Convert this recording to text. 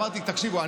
אמרתי: תקשיבו,